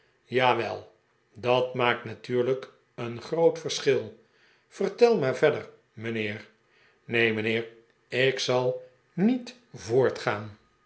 jawel dat maakt natuurlijk een groot verschil vertel maar verder mijnheer neen mijnheer ik zal niet voortgaan